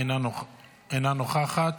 אינה נוכחת.